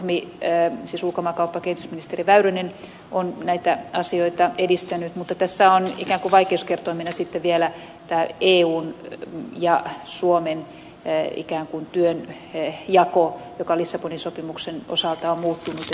ukkmi siis ulkomaankauppa ja kehitysministeri väyrynen on näitä asioita edistänyt mutta tässä on ikään kuin vaikeuskertoimena sitten vielä tämä eun ja suomen ikään kuin työnjako joka lissabonin sopimuksen osalta on muuttunut